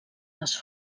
les